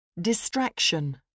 Distraction